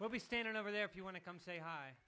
will be standing over there if you want to come say hi